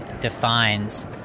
defines